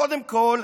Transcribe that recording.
קודם כול,